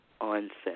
onset